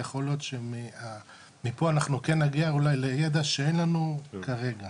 יכול להיות שמפה אנחנו כן נגיע לידע שאין לנו כרגע.